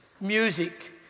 music